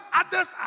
others